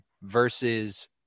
versus